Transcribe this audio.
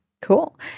Cool